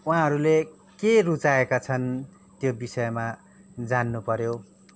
उहाँहरूले के रुचाएका छन् त्यो विषयमा जान्न पऱ्यो